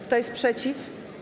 Kto jest przeciw?